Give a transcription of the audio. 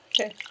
Okay